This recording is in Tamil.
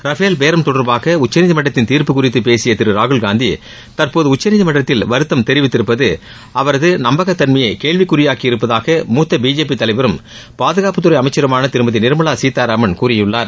ர்ஃபேல் பேரம் தொடர்பாக உச்சநீதிமன்றத்தின் தீர்ப்பு குறித்து பேசிய திரு ராகுல் காந்தி தற்போது உச்சநீதிமன்றத்தில் வருத்தம் தெரிவித்திருப்பது அவரது நம்பகத்தன்மையை கேள்வி குறியாக்கி இருப்பதாக மூத்த பிஜேபி தலைவரும் பாதுகாப்புத்துறை அமைச்சருமான திருமதி நிர்மலா சீதாராமன் கூறியுள்ளார்